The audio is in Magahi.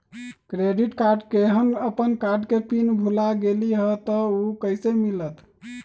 क्रेडिट कार्ड केहन अपन कार्ड के पिन भुला गेलि ह त उ कईसे मिलत?